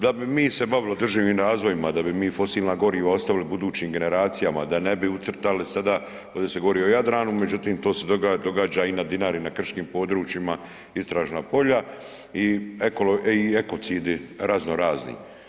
Da bi mi se bavili održivim razvojima, da bi mi fosilna goriva ostavili budućim generacijama, da ne bi ucrtali sada, ovdje se govori o Jadranu, međutim to se događa i na Dinari i na krškim područjima, istražna polja i ekocidi razno razni.